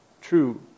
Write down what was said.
true